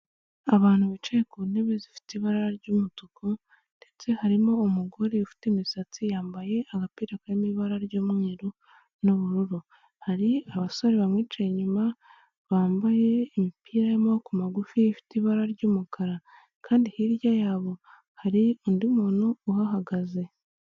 Abantu bicaye ku ntebe zifite ibara ry'umutuku ndetse harimo umugore ufite imisatsi yambaye agapira karimo ibara ry'umweru n'ubururu, hari abasore bamwicaye inyuma bambaye imipira y'amaboko magufi ifite ibara ry'umukara, kandi hirya yabo hari undi muntu uhahagaze.